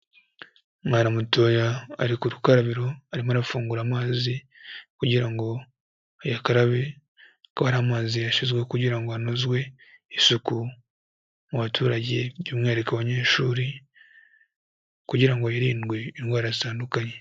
Umwana mutoya ari ku rukarabiro, arimo arafungura amazi kugira ngo ayakarabe kubera ko ari amazi yashyizweho kugira ngo hanozwe isuku mu baturage by'umwihariko abanyeshuri, kugira ngo hirindwe indwara zitandukanye.